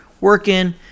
working